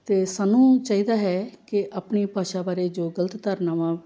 ਅਤੇ ਸਾਨੂੰ ਚਾਹੀਦਾ ਹੈ ਕਿ ਆਪਣੀ ਭਾਸ਼ਾ ਬਾਰੇ ਜੋ ਗਲਤ ਧਾਰਨਾਵਾਂ